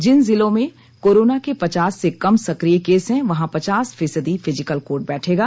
जिन जिलों में कोरोना के पचास से कम सक्रिय केस हैं वहां पचास फीसदी फिजिकल कोर्ट बैठेगा